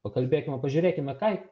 pakalbėkime pažiūrėkime ką